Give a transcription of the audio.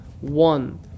one